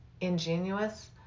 ingenuous